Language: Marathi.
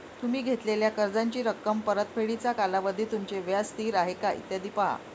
तुम्ही घेतलेल्या कर्जाची रक्कम, परतफेडीचा कालावधी, तुमचे व्याज स्थिर आहे का, इत्यादी पहा